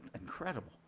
Incredible